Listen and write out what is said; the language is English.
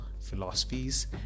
philosophies